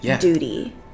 duty